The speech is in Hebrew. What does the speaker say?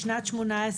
בשנת 2018